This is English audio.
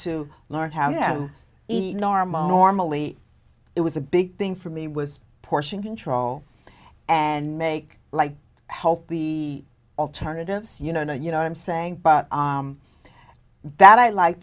to learn how to eat normal or malee it was a big thing for me was portion control and make like healthy alternatives you know and you know i'm saying but that i like